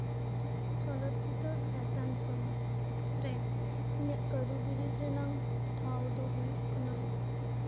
ᱪᱚᱞᱚᱛ ᱪᱤᱛᱟᱹᱨ fashion show ᱨᱮ ᱤᱧᱟᱹᱜ ᱠᱟᱹᱨᱩ ᱵᱤᱨᱤᱫ ᱨᱮᱱᱟᱝ ᱴᱷᱟᱶ ᱫᱚ ᱦᱩᱭᱩᱜ ᱠᱟᱱᱟ